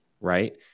right